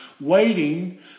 waiting